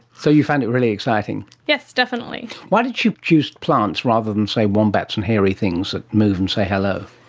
so you found it really exciting? yes, definitely. why did you choose plants rather than, say, wombats and hairy things that move and say hello?